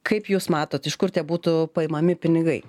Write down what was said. kaip jūs matot iš kur tie būtų paimami pinigai